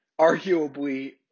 arguably